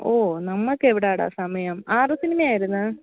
ഓ നമുക്ക് എവിടെയാണ് എടാ സമയം ആരുടെ സിനിമ ആയിരുന്നു